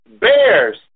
bears